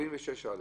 46(א)